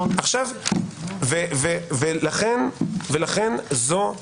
לכן זו אמירתי,